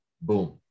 boom